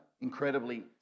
incredibly